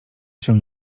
się